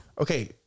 Okay